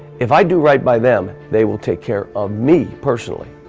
if i do right by them they will take care of me personally,